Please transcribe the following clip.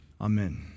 Amen